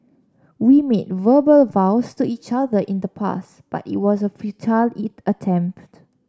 we made verbal vows to each other in the past but it was a futile attempt